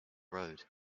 road